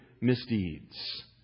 misdeeds